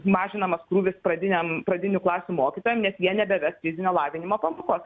mažinamas krūvis pradiniam pradinių klasių mokytojam nes jie nebeves fizinio lavinimo pamokos